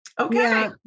Okay